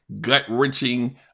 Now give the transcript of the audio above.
gut-wrenching